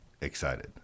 Excited